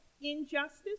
injustice